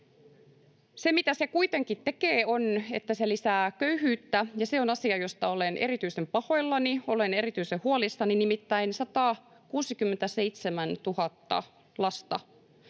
Se, mitä se kuitenkin tekee, on, että se lisää köyhyyttä, ja se on asia, josta olen erityisen pahoillani, olen erityisen huolissani. Nimittäin 167 000 lasta,